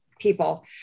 people